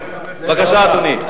אדוני, בבקשה.